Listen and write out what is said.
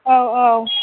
औ औ